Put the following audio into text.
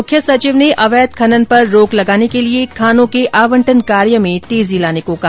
मुख्य सचिव ने अवैध खनन पर रोक लगाने के लिए खानों के आवंटन कार्य में तेजी लाने को कहा